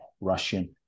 Russian